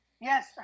Yes